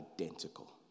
identical